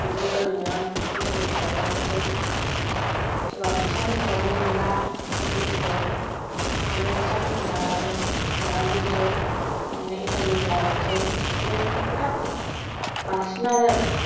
बिदिनो ओरैनो इनटारभिउ होनानै मोननोसै सोरबा फैसा होसेयावबो मोनला साख्रिफोरखौ बिदिनो फैसाफोरखौ जानानै दोननोसै बिदिनो इनटारभिउ होलाबायनोसै बिदिनो बिराद बांसिनानो